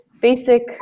basic